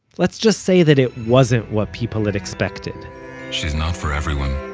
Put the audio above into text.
let's just say that it wasn't what people had expected she's not for everyone.